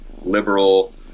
liberal